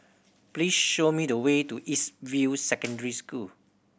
please show me the way to East View Secondary School